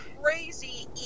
crazy